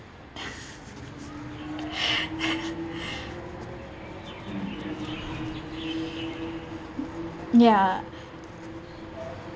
ya